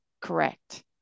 correct